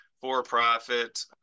for-profit